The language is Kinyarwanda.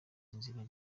inzira